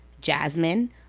Jasmine